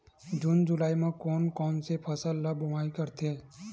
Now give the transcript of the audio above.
जून जुलाई म कोन कौन से फसल ल बोआई करथे?